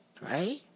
Right